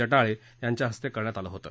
जटाळे यांच्या हस्ते करण्यात आल होतं